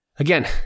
Again